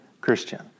Christian